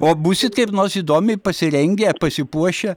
o būsit kaip nors įdomiai pasirengę pasipuošę